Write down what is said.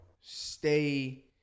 stay